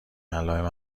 علائم